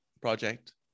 project